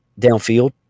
downfield